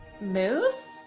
Moose